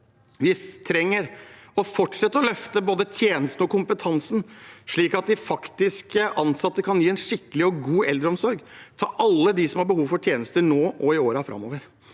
Vi trenger å fortsette å løfte både tjenesten og kompetansen, slik at de ansatte kan gi en skikkelig og god eldreomsorg til alle dem som har behov for tjenester nå og i årene framover.